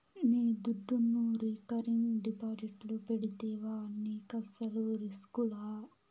నీ దుడ్డును రికరింగ్ డిపాజిట్లు పెడితివా నీకస్సలు రిస్కులా